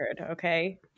okay